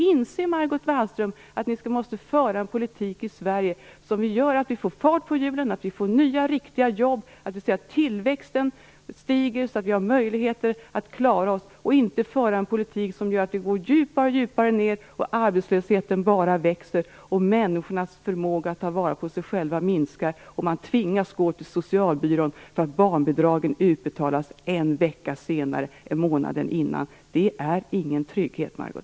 Inser Margot Wallström att vi måste föra en politik i Sverige som gör att vi får fart på hjulen, nya riktiga jobb, ser till att tillväxten stiger så att vi har möjligheter att klara oss och inte föra en politik som gör att vi går allt djupare ner, arbetslösheten bara växer och människornas förmåga att ta vara på sig själva minskar och man tvingas att gå till socialbyrån för att barnbidragen betalas ut en vecka senare än månaden innan? Det är inte någon trygghet, Margot